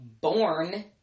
born